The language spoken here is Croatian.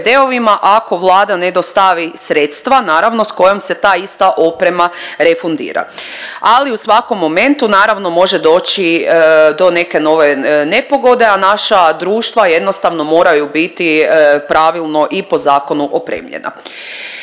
ako Vlada ne dostavi sredstva naravno s kojom se ta ista oprema refundira, ali u svakom momentu naravno može doći do neke nove nepogode, a naša društva jednostavno moraju biti pravilno i po zakonu opremljena.